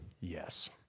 Yes